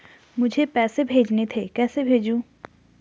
मुझे पैसे भेजने थे कैसे भेजूँ?